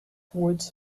words